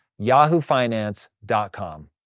yahoofinance.com